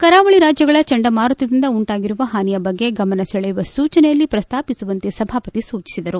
ಕರಾವಳಿ ರಾಜ್ಯಗಳಲ್ಲಿ ಚಂಡಮಾರುತದಿಂದ ಉಂಟಾಗಿರುವ ಹಾನಿಯ ಬಗ್ಗೆ ಗಮನ ಸೆಳೆಯುವ ಸೂಚನೆಯಲ್ಲಿ ಪ್ರಸ್ತಾಪಿಸುವಂತೆ ಸಭಾಪತಿ ಸೂಚಿಸಿದರು